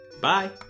Bye